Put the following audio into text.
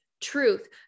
truth